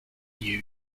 new